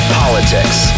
politics